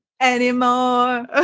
anymore